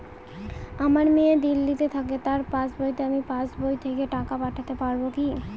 আমার মেয়ে দিল্লীতে থাকে তার পাসবইতে আমি পাসবই থেকে টাকা পাঠাতে পারব কি?